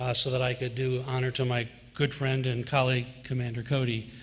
ah so that i could do honor to my good friend and colleague, commander cody,